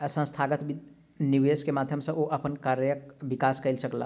संस्थागत निवेश के माध्यम सॅ ओ अपन कार्यक विकास कय सकला